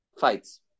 fights